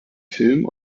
film